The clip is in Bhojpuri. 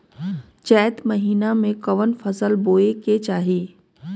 चैत महीना में कवन फशल बोए के चाही?